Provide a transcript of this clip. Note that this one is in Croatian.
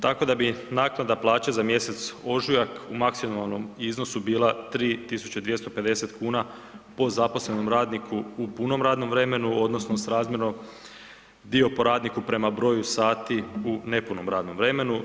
Tako da bi naknada plaće za mjesec ožujak u maksimalnom iznosu bila 3.250 kuna po zaposlenom radniku u punom radnom vremenu odnosno srazmjerno dio po radniku prema broju sati u nepunom radnom vremenu.